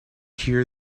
hear